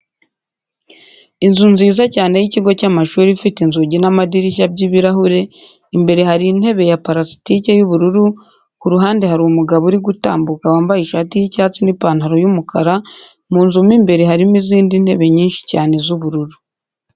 Inzu nziza cyane y'ikigo cy'amashuri ifite inzugi n'amadirishya by'ibirahure, imbere hari intebe ya parasitike y'ubururu, ku ruhande hari umugabo uri gutambuka wambaye ishati y'icyatsi n'ipantaro y'umukara, mu nzu mo imbere harimo izindi ntebe nyinshi cyane z'ubururu.